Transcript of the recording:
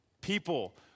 people